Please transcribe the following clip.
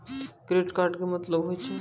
Credit card के मतलब होय छै?